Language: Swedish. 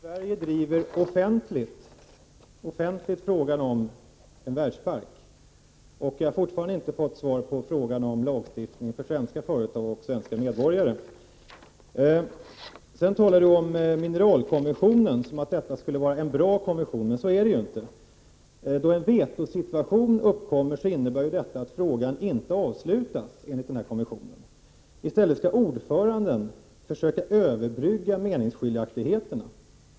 Herr talman! Är det så att Sverige offentligt driver frågan om en världspark? Jag har fortfarande inte fått svar på frågan om lagstiftning när det gäller svenska företag och svenska medborgare. Sten Andersson talar om mineralkonventionen som om den skulle vara en bra konvention. Så är det emellertid inte. När en vetosituation uppkommer så innebär detta att frågan inte avslutas enligt den här konventionen. Ordföranden skall då i stället försöka överbrygga meningsskiljaktigheterna.